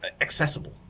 accessible